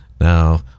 now